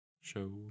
Show